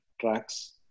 tracks